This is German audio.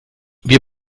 wir